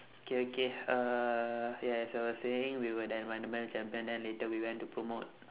okay okay uh ya as I was saying we were the environmental champions then later we went to promote